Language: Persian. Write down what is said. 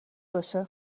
باشه